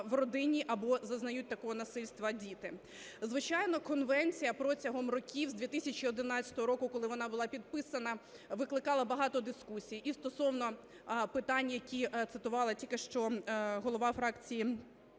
або зазнають такого насильства діти. Звичайно, конвенція протягом років, з 2011 року, коли вона була підписана, викликала багато дискусій і стосовно питань, які цитувала тільки що голова фракції